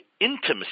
intimacy